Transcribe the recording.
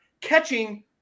catching